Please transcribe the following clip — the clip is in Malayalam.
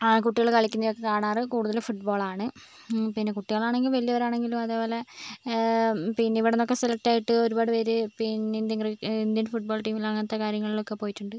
ആൺകുട്ടികൾ കളിക്കുന്നേയൊക്കെ കാണാറ് കൂടുതലും ഫുട്ബോളാണ് പിന്നെ കുട്ടികളാണെങ്കിലും വലിയവരാണെങ്കിലും അതുപോലെ പിന്നെ ഇവിടുന്നൊക്കെ സെലക്ട് ആയിട്ട് ഒരുപാട് പേര് പിന്നെ ഇന്ത്യൻ ക്രിക്കെ ഇന്ത്യൻ ഫുട്ബോള് ടീമിലും അങ്ങനത്തെ കാര്യങ്ങളിലൊക്കെ പോയിട്ടുണ്ട്